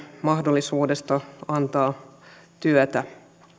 mahdollisuudesta antaa työtä